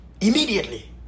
immediately